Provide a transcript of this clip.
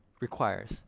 requires